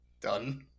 Done